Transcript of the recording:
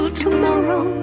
tomorrow